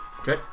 Okay